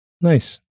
Nice